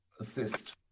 assist